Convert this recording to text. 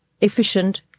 Efficient